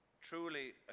truly